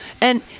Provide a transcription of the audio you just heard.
And